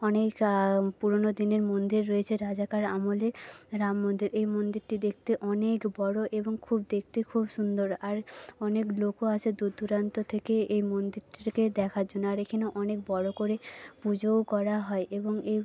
অনেক পুরনো দিনের মন্দির রয়েছে রাজাকার আমলের রাম মন্দির এই মন্দিরটি দেখতে অনেক বড় এবং খুব দেখতে খুব সুন্দর আর অনেক লোকও আসে দূর দূরান্ত থেকে এই মন্দিরটিকে দেখার জন্য আর এখানে অনেক বড় করে পুজোও করা হয় এবং এ